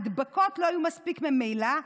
הדבקות לא היו מספיק ממילא.